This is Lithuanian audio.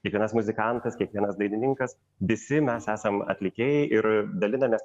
kiekvienas muzikantas kiekvienas dainininkas visi mes esam atlikėjai ir dalinamės